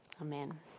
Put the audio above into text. Amen